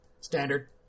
Standard